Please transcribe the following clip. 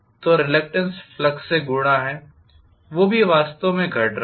तो reluctance flux से गुणा है वो भी वास्तव में घट रहा है